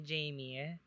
Jamie